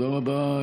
תודה רבה,